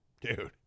Dude